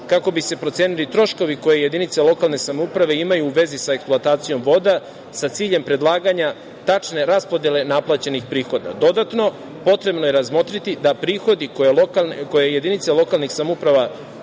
kako bi se procenili troškovi koje jedinice lokalne samouprave imaju u vezi sa eksploatacijom voda sa ciljem predlaganja tačne raspodele naplaćenih prihoda. Dodatno, potrebno je razmotriti da prihodi koje jedinice lokalnih samouprava